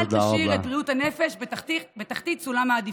אל תשאיר את בריאות הנפש בתחתית סולם העדיפויות.